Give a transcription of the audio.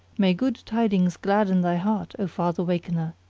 may good tidings gladden thy heart, o father wakener!